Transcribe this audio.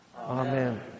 Amen